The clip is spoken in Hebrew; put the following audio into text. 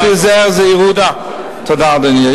תודה, אדוני.